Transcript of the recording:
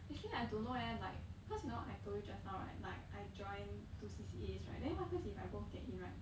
actually I don't know eh like cause you know I told you just now right like I joined two C_C_A right then what happens if I both get in right